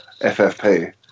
FFP